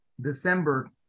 December